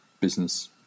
business